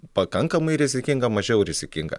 pakankamai rizikinga mažiau rizikinga